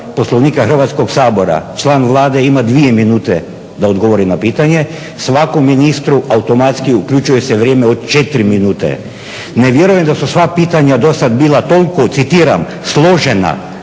Poslovnika Hrvatskog sabora član Vlade ima 2 minute da odgovori na pitanje. Svakom ministru automatski uključuje se vrijeme od 4 minute. Ne vjerujem da su do sva pitanja do sad bila toliko citiram "složena"